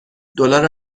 دلار